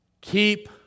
keep